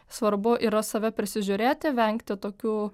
svarbu yra save prisižiūrėti vengti tokių